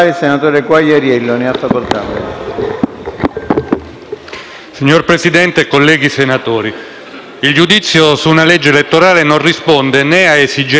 Signor Presidente, colleghi senatori, il giudizio su una legge elettorale non risponde né a esigenze etiche né tantomeno a tensioni di tipo ideale.